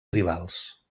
tribals